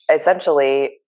essentially